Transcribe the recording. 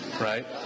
right